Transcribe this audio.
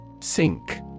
Sink